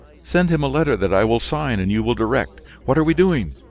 send him a letter that i will sign and you will direct. what are we doing?